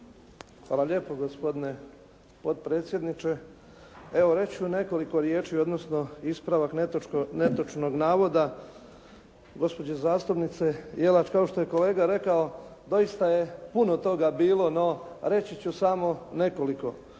Hvala lijepo, gospodine potpredsjedniče. Evo, reći ću nekoliko riječi odnosno ispravak netočnog navoda gospođe zastupnice Jelaš. Kao što je kolega rekao doista je puno toga bilo, no reći ću samo nekoliko.